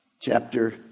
chapter